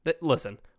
listen